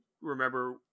remember